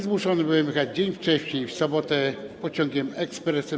Zmuszony byłem jechać dzień wcześniej, w sobotę, pociągiem ekspresowym.